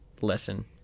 lesson